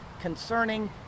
concerning